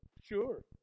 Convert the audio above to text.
Sure